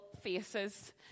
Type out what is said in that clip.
faces